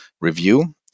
review